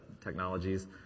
technologies